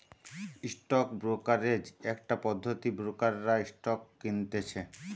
stock brokerage একটা পদ্ধতি ব্রোকাররা স্টক কিনতেছে